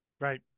Right